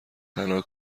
تنها